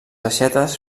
aixetes